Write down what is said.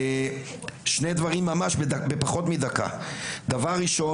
שני דברים: ראשית,